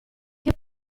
che